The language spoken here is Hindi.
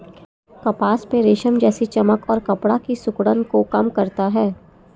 कपास में रेशम जैसी चमक और कपड़ा की सिकुड़न को कम करता है